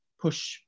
push